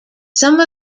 some